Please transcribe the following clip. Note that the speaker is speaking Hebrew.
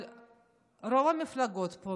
אבל רוב המפלגות פה,